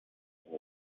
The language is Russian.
вести